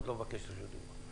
אף אחד לא מבקש רשות דיבור,